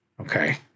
Okay